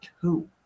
two